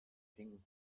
ping